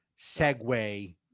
segue